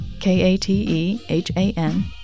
K-A-T-E-H-A-N